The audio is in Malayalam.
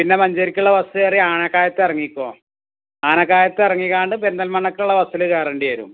പിന്നെ മഞ്ചേരിക്കുള്ള ബെസ്സ് കയറി ആനക്കായത്തെറങ്ങിക്കൊ ആനക്കായത്തെറങ്ങികാണ്ട് പെരിന്തൽമണ്ണക്കുള്ള ബെസ്സിൽ കയറേണ്ടി വരും